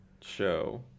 show